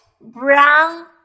brown